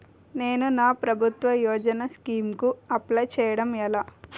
నేను నా ప్రభుత్వ యోజన స్కీం కు అప్లై చేయడం ఎలా?